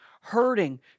hurting